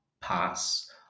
pass